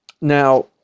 Now